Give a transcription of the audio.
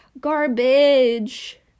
garbage